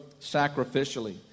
sacrificially